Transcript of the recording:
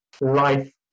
life